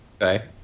Okay